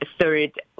third